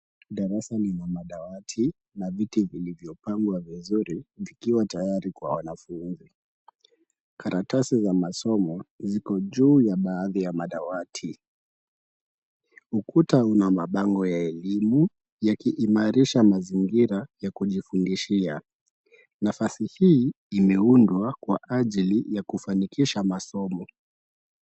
Darasa lenye madawati na viti vilivyopangwa vizuri vikiwa tayari kwa wanafunzi. Karatasi za masomo ziko juu ya baadhi ya madawati. Ukuta una mabango ya elimu, yakiimarisha mazingira ya kujifundishia. Nafasi hii imeundwa kwa ajili ya kufanikisha masomo.